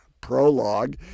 prologue